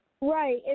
Right